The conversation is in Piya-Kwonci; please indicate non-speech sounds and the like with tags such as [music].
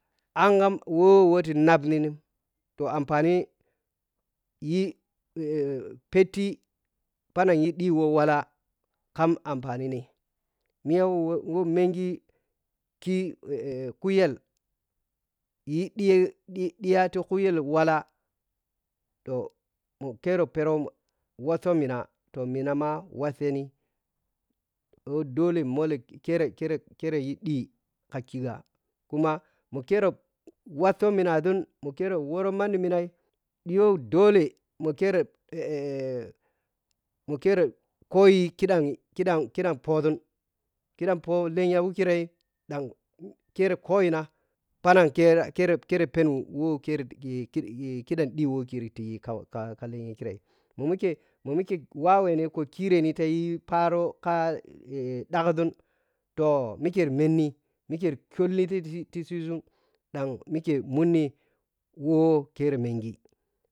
Agnan wo woyi naphni tohampani yi [hesitation] phetti phanang yi ɗhi wo walla kam ampaninig miya wowo mengi ki [hesitation] kuyelyi ɗhiye ɗhi ɗhiyatiku kuyel walla toh ma kero pheroh wɔshɔ mina toh mina ma washe ni [unintelligible] dolo kere kere kere yi dhi ka khigha kuma mo kero wusho minaȝun mokerowo manni minai ɗhiyo dolle mokire [hesitation] mo kire khoye kiɗam kiɗam kiɗam phoȝun khiɗam photenya mikirei ɗan kire khoyi na phoning kire kere pheni we ki [hesitation] khiɗam ɗhi wo kita yi ka ka lenja kirei mo mike ma mike wawɛni [hesitation] ka ɗhagȝua toh mike ri menni mikeri kyɔlleni titi siȝun ɗan mike muni wo kere mengi,